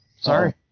Sorry